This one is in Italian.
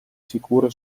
sicuro